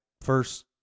first